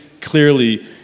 clearly